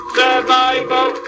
survival